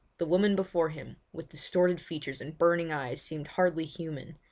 the woman before him, with distorted features and burning eyes seemed hardly human,